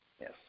yes